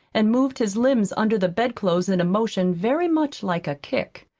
and moved his limbs under the bed clothes in a motion very much like a kick.